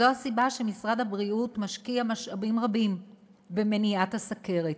זו הסיבה שמשרד הבריאות משקיע משאבים רבים במניעת הסוכרת.